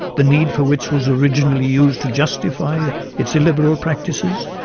the need for which was originally used to justify ah its illiberal practices.